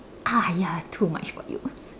ah ya too much for you